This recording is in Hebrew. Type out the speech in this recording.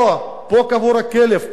פה קבור הכלב.